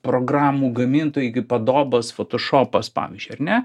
programų gamintojai kaip adobas fotošopas pavyzdžiui ar ne